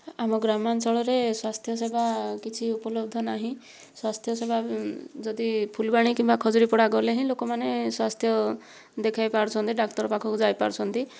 ଆମ ଗ୍ରାମାଞ୍ଚଳରେ ସ୍ୱାସ୍ଥ୍ୟ ସେବା କିଛି ଉପଲବ୍ଧ ନାହିଁ ସ୍ୱାସ୍ଥ୍ୟ ସେବା ଯଦି ଫୁଲବାଣୀ କିମ୍ବା ଖଜୁରୀପଡ଼ା ଗଲେ ହିଁ ଲୋକମାନେ ସ୍ୱାସ୍ଥ୍ୟ ଦେଖାଇପାରୁଛନ୍ତି ଡାକ୍ତର ପାଖକୁ ଯାଇପାରୁଛନ୍ତି